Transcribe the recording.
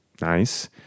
Nice